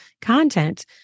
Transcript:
content